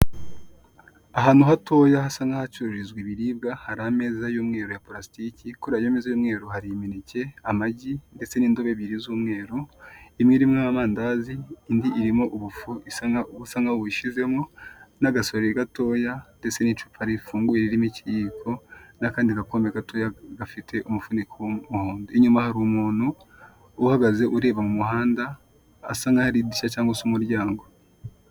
Ahantu hatoya hasa nk'ahacururizwa ibiribwa hari ameza y'umweru ya parasitiki, kuri ayo meza y'umweru hari imineke, amagi ndetse n'indobo ebyiri z'umweru, imwe irimo amandazi indi irimo ubufu busa nkaho bushizemo n'agasorori gatoya ndetse n'icupa rifunguye ririmo ikiyiko n'akandi gakombe gatoya gafite umufuniko w'umuhondo, inyuma hari umuntu uhagaze ureba mu muhanda asa nk'aho ari idirishya cyangwa se umuryango.